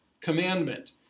Commandment